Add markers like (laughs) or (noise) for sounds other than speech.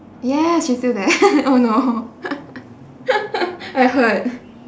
ya she's still there (laughs) oh no I heard